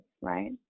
right